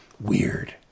weird